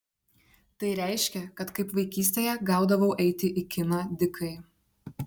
tai reiškė kad kaip vaikystėje gaudavau eiti į kiną dykai